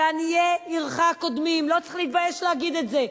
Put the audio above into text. ועניי עירך קודמים, לא צריך להתבייש להגיד את זה.